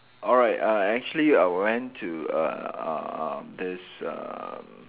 alright uh actually I went to uh uh uh this uh